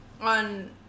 On